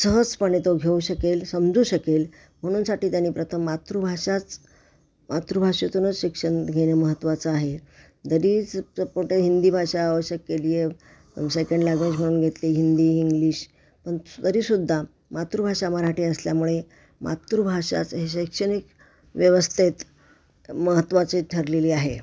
सहजपणे तो घेऊ शकेल समजू शकेल म्हणूनसाठी त्यांनी प्रथम मातृभाषाच मातृभाषेतूनच शिक्षण घेणं महत्वाचं आहे जरीच सपोटे हिंदी भाषा आवश्यक केली आहे सेकंड लँग्वेज म्हणून घेतली हिंदी इंग्लिश पण तरीसुद्धा मातृभाषा मराठी असल्यामुळे मातृभाषाच हे शैक्षणिक व्यवस्थेत महत्वाचे ठरलेली आहे